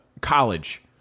college